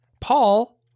Paul